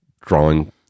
drawing